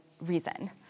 reason